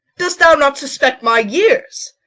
dost thou not suspect my years?